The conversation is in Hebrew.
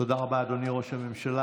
תודה רבה, אדוני ראש הממשלה.